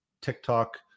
TikTok